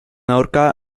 aurka